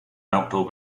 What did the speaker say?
outdoor